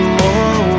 more